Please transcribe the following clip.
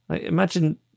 Imagine